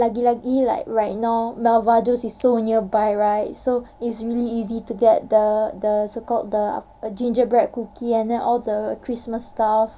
lagi-lagi like right now melvados is so nearby right so it's really easy to get the the so-called the gingerbread cookies and all the christmas stuff